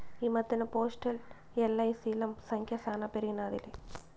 ఈ మద్దెన్న పోస్టల్, ఎల్.ఐ.సి.ల సంఖ్య శానా పెరిగినాదిలే